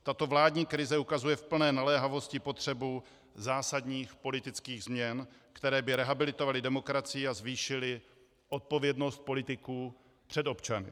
Tato vládní krize ukazuje v plné naléhavosti potřebu zásadních politických změn, které by rehabilitovaly demokracii a zvýšily odpovědnost politiků před občany.